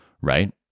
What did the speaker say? right